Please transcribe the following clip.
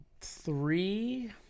three